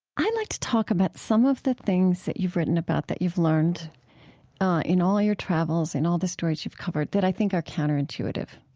i'd like to talk about some of the things that you've written about that you've learned in all your travels and all the stories you've covered that i think are counterintuitive,